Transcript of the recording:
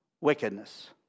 wickedness